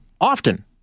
often